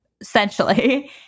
essentially